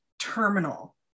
terminal